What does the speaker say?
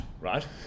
right